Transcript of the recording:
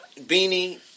beanie